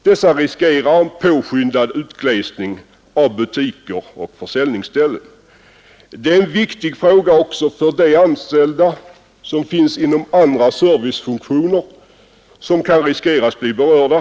Dessa riskerar ett påskyndande av utglesningen av butiker och försäljningsställen. Det är en viktig fråga också för de anställda inom andra serviceområden som kan riskera att bli berörda.